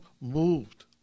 moved